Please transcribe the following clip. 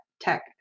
Tech